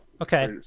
Okay